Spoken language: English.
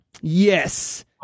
Yes